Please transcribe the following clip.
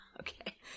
okay